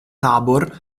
tabor